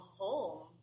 home